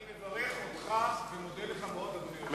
אני מברך אותך ומודה לך מאוד, אדוני היושב-ראש.